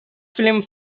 film